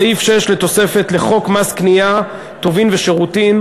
סעיף 6 לתוספת לחוק מס קנייה (טובין ושירותים),